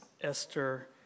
Esther